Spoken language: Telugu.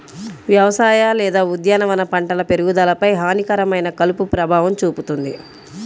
వ్యవసాయ లేదా ఉద్యానవన పంటల పెరుగుదలపై హానికరమైన కలుపు ప్రభావం చూపుతుంది